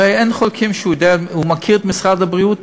הרי אין חולקים שהוא מכיר את משרד הבריאות